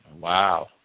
Wow